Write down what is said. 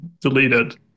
deleted